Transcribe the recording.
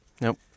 Nope